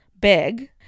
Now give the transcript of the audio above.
big